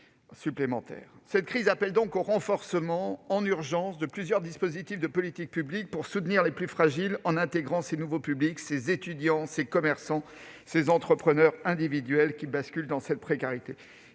Cette crise implique donc un renforcement en urgence de plusieurs dispositifs de politique publique pour soutenir les plus fragiles, en intégrant ces nouveaux publics, étudiants, commerçants et entrepreneurs individuels, qui ont basculé dans la précarité.